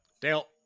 dale